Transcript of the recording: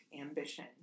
ambition